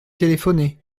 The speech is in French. téléphoné